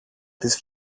τις